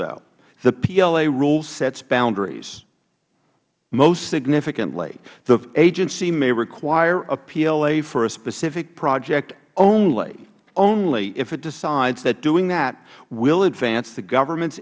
though the pla rule sets boundaries most significantly the agency may require a pla for a specific project only only if it decides that doing that will advance the government